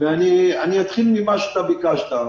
אתחיל ממה שאתה ביקשת.